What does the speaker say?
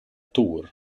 tours